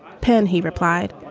penn, he replied.